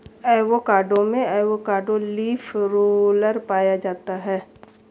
avocado में avocado leaf roller पाया जाता है